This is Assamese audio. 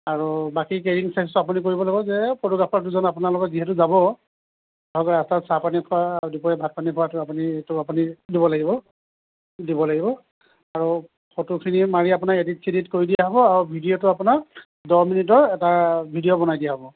আৰু বাকী কেৰিং চাৰ্জটো আপুনি কৰিব লাগিব যে ফটোগ্ৰাফাৰ দুজন যিহেতু আপোনাৰ লগত যাব ধৰক ৰাস্তাত চাহপানী খোৱা আৰু দুপৰীয়া ভাত পানী খোৱাটো আপুনি সেইটো আপুনি দিব লাগিব দিব লাগিব আৰু ফটোখিনি মাৰি আপোনাৰ এডিট চেডিট কৰি দিয়া হ'ব আৰু ভিডিঅ'টো আপোনাৰ দহ মিনিটৰ এটা ভিডিঅ' বনাই দিয়া হ'ব